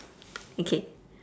okay